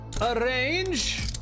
Arrange